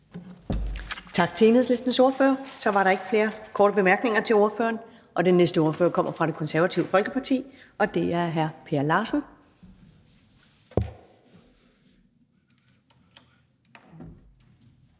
Tak til Enhedslistens ordfører. Der er ikke flere korte bemærkninger til ordføreren. Den næste ordfører kommer fra Det Konservative Folkeparti, og det er hr. Per Larsen.